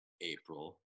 April